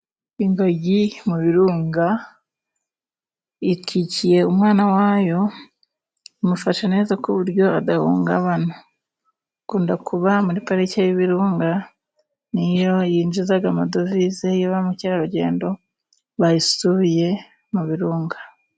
Ingagi mu birunga ,ikikiye umwana wayo. Imufashe neza ku buryo adahungabana. Akunda kuba muri parike y'ibirunga ni yo yinjiza amadovize iyo ba mukerarugendo bayisuye mu birunga.